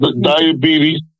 diabetes